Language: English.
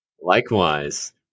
Likewise